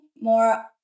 more